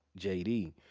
JD